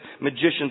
magicians